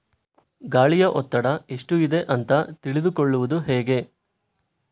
ಗಾಳಿಯ ಒತ್ತಡ ಎಷ್ಟು ಇದೆ ಅಂತ ತಿಳಿದುಕೊಳ್ಳುವುದು ಹೇಗೆ?